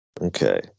okay